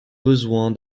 besoin